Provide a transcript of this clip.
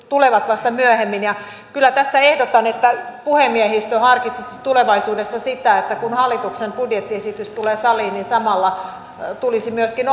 tulevat vasta myöhemmin kyllä tässä ehdotan että puhemiehistö harkitsisi tulevaisuudessa sitä että kun hallituksen budjettiesitys tulee saliin niin samalla tulisi myöskin